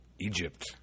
Egypt